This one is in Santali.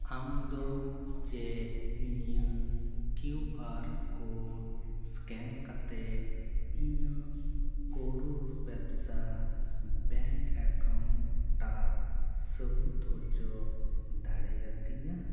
ᱟᱢ ᱫᱚ ᱪᱮᱫ ᱱᱤᱭᱟᱹ ᱠᱤᱭᱩ ᱟᱨ ᱠᱳᱰ ᱥᱠᱮᱱ ᱠᱟᱛᱮᱫ ᱤᱧᱟᱹᱜ ᱠᱚᱨᱩᱲ ᱵᱮᱥᱥᱟ ᱵᱮᱝᱠ ᱮᱠᱟᱣᱩᱱᱴ ᱟᱜ ᱥᱟᱹᱵᱩᱫᱽ ᱚᱪᱚ ᱫᱟᱲᱮᱭᱟᱛᱤᱧᱟ